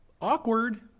Awkward